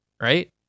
right